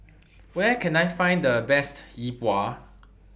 Where Can I Find The Best Yi Bua